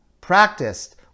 practiced